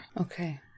Okay